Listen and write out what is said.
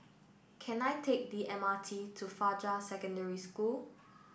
can I take the M R T to Fajar Secondary School